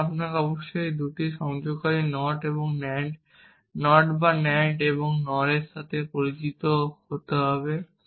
সুতরাং আপনাকে অবশ্যই এই দুটি সংযোগকারী NOT এবং AND NOT বা NAND এবং NOR এর সাথে পরিচিত দেখতে হবে